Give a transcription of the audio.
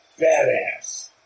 Badass